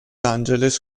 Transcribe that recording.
angeles